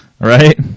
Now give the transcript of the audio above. Right